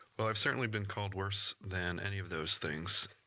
well i've certainly been called worse than any of those things.